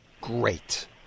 Great